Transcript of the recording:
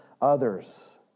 others